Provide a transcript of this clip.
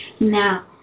Now